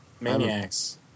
Maniacs